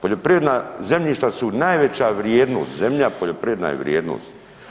Poljoprivredna zemljišta su najveća vrijednost, zemlja poljoprivredna je vrijednost.